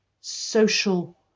social